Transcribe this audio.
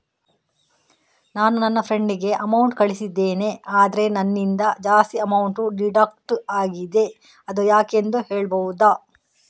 ನಾನು ನನ್ನ ಫ್ರೆಂಡ್ ಗೆ ಅಮೌಂಟ್ ಕಳ್ಸಿದ್ದೇನೆ ಆದ್ರೆ ನನ್ನಿಂದ ಜಾಸ್ತಿ ಅಮೌಂಟ್ ಡಿಡಕ್ಟ್ ಆಗಿದೆ ಅದು ಯಾಕೆಂದು ಹೇಳ್ಬಹುದಾ?